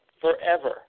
forever